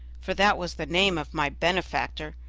for that was the name of my benefactor,